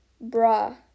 bra